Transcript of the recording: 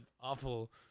awful